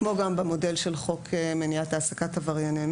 כמו גם במודל חוק מניעת העסקת עברייני מין,